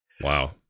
Wow